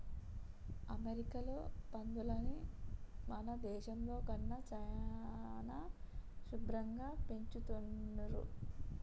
అమెరికాలో పందులని మన దేశంలో కన్నా చానా శుభ్భరంగా పెంచుతున్రు